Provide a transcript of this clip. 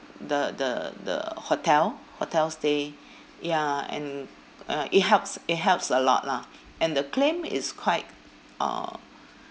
the the the hotel hotel stay ya and uh it helps it helps a lot lah and the claim is quite uh